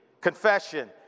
confession